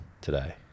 today